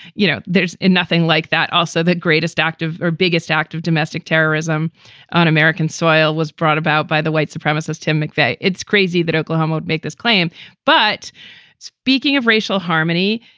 you know, there's nothing like that. also, that greatest active or biggest act of domestic terrorism on american soil was brought about by the white supremacist tim mcveigh. it's crazy that oklahoma make this claim but speaking of racial harmony,